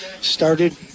started